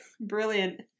brilliant